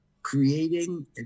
creating